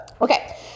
Okay